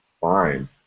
fine